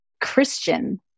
Christian